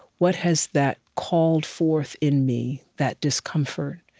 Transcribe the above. what has that called forth in me, that discomfort